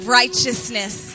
righteousness